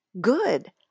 good